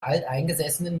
alteingesessenen